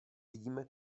vidíme